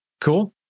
Cool